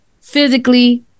physically